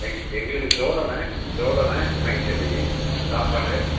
எ எங்களுக்கு தோரண தோரண லைட் செட்டிங் சாப்பாடு